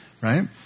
right